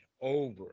over